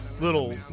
Little